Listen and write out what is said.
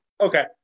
Okay